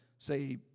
Say